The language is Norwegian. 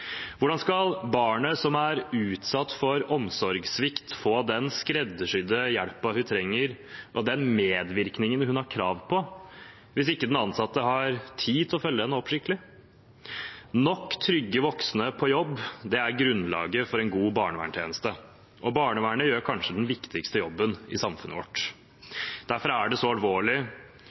Hvordan skal barnet som er utsatt for omsorgssvikt, få den skreddersydde hjelpen hun trenger og den medvirkningen hun har krav på, hvis ikke den ansatte har tid til å følge henne opp skikkelig? Nok trygge voksne på jobb er grunnlaget for en god barnevernstjeneste, og barnevernet gjør kanskje den viktigste jobben i samfunnet vårt. Derfor er det så alvorlig